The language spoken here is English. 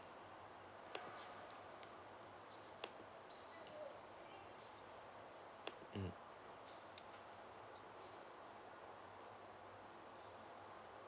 mm